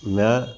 ਮੈਂ